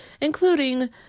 including